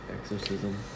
Exorcism